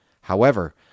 However